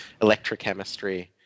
electrochemistry